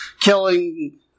killing